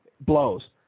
blows